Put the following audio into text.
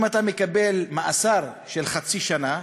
אם אתה מקבל מאסר של חצי שנה,